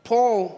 Paul